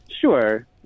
Sure